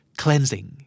cleansing